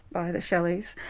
by the shelleys.